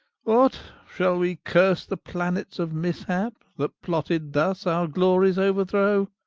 what? shall we curse the planets of mishap, that plotted thus our glories ouerthrow?